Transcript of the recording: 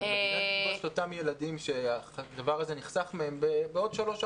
נפגוש את אותם ילדים שהדבר הזה נחסך מהם בעוד שלוש,